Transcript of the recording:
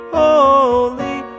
holy